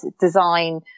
design